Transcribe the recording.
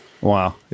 Wow